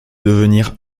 devenir